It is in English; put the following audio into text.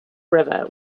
river